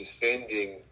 defending